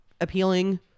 appealing